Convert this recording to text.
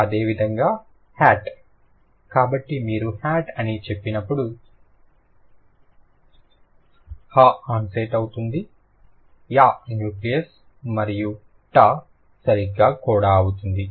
అదేవిధంగా హ్యాట్ కాబట్టి మీరు హ్యాట్ అని చెప్పినప్పుడు ha ఆన్సెట్ అవుతుంది ae న్యూక్లియస్ మరియు ta సరిగ్గా కోడా అవుతుంది